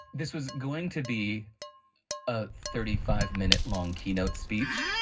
this was going to be a thirty five minute long keynote speech,